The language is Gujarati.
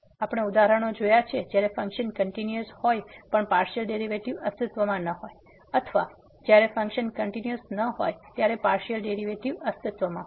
અમે ઉદાહરણ જોયા છે જ્યારે ફંક્શન કંટીન્યુઅસ હોય પણ પાર્સીઅલ ડેરીવેટીવ અસ્તિત્વમાં ન હોય અથવા જયારે ફંક્શન કંટીન્યુઅસ નથી ત્યારે પાર્સીઅલ ડેરીવેટીવ અસ્તિત્વમાં હોય